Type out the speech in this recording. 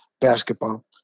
basketball